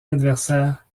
adversaires